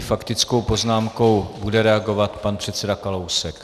Faktickou poznámkou bude reagovat pan předseda Kalousek.